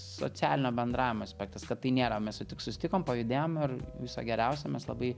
socialinio bendravimo aspektas kad tai nėra mes va tik susitikom pajudėjom ir viso geriausio mes labai